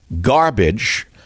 garbage